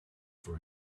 for